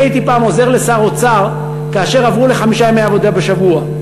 אני הייתי עוזר שר האוצר כאשר עברו לחמישה ימי עבודה בשבוע.